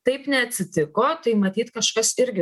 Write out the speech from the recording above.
taip neatsitiko tai matyt kažkas irgi